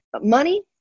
Money